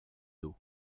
eaux